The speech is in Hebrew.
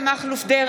ראש ממשלה אחד,